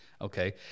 Okay